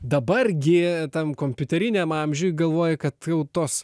dabar gi tam kompiuteriniam amžiuj galvoji kad jau tos